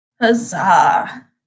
Huzzah